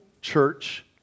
church